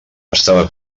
estava